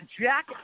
Jack